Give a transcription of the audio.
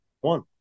One